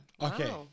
Okay